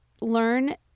learn